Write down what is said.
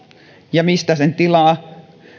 ja mistä sen tilaa